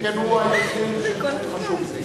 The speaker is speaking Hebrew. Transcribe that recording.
שכן הוא היוזם של חוק חשוב זה.